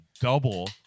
double